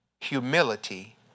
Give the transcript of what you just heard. Humility